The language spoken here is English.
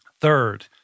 Third